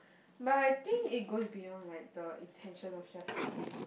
but I think it goes beyond like the intention of just dating